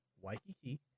Waikiki